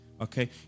Okay